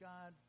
God